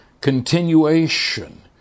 Continuation